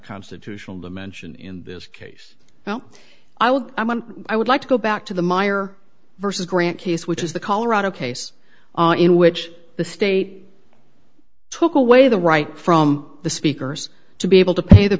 constitutional dimension in this case now i would i would like to go back to the mire versus grant case which is the colorado case in which the state took away the right from the speakers to be able to pay the